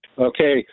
Okay